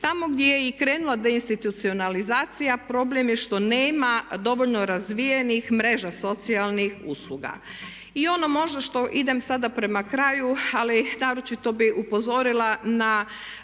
Tamo gdje je i krenula deinstitucionalizacija problem je što nema dovoljno razvijenih mreža socijalnih usluga. I ono možda što, idem sada prema kraju, ali naročito bih upozorila na